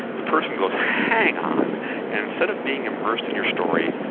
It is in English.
the person goes, hang on, and instead of being immersed in your story,